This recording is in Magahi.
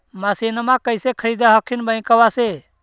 मसिनमा कैसे खरीदे हखिन बैंकबा से?